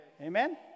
amen